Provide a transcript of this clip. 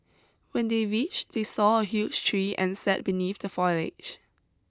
when they reached they saw a huge tree and sat beneath the foliage